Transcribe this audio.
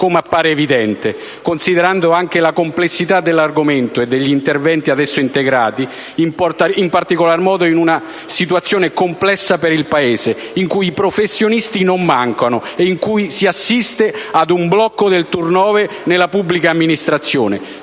resto appare evidente, in considerazione anche della complessità dell'argomento e degli interventi ad esso integrati, in particolare modo in una situazione complessa per il Paese, nella quale i professionisti non mancano e si assiste ad un blocco del *turnover* nella pubblica amministrazione,